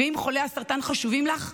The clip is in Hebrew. ואם חולי הסרטן חשובים לך,